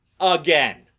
again